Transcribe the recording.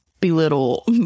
belittle